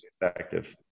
effective